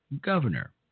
Governor